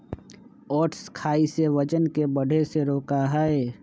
oats खाई से वजन के बढ़े से रोका हई